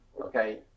Okay